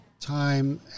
time